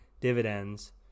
dividends